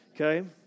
Okay